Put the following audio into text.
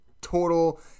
total